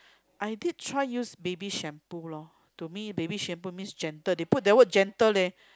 I did try use baby shampoo lor to me baby shampoo means gentle they put the word gentle leh